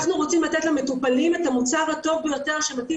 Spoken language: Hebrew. אנחנו רוצים לתת למטופלים את המוצר הטוב ביותר שמתאים